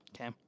Okay